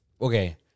okay